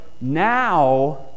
now